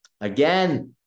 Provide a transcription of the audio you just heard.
Again